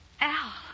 Al